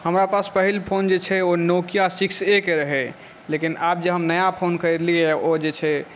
हमरा पास पहिल फोन जे छै ओ नोकिया सिक्स ए के रहै लेकिन आब जे हम नया फोन खरीदलियै यऽओ जे छै